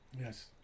Yes